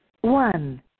One